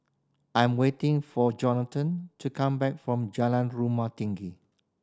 I'm waiting for Jonathon to come back from Jalan Rumah Tinggi